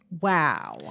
Wow